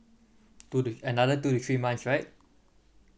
to th~ another two to three months right